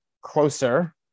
closer